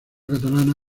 catalana